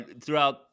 throughout